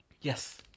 Yes